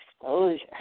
exposure